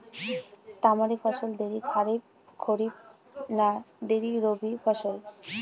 তামারি ফসল দেরী খরিফ না দেরী রবি ফসল?